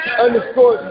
underscore